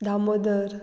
Damodar